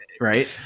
right